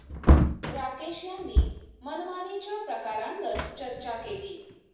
राकेश यांनी मनमानीच्या प्रकारांवर चर्चा केली